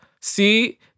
See